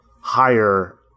higher